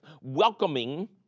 welcoming